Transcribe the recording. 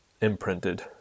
imprinted